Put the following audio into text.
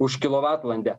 už kilovatvalandę